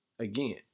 Again